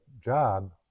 job